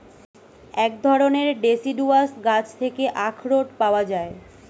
এক ধরণের ডেসিডুয়াস গাছ থেকে আখরোট পাওয়া যায়